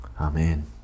Amen